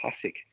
classic